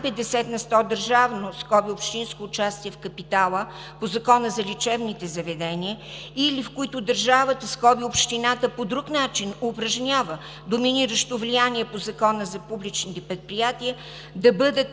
на сто държавно, общинско, участие в капитала по Закона за лечебните заведения или, в които държавата, общината, по друг начин упражнява доминиращо влияние по Закона за публичните предприятия, да бъдат